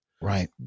Right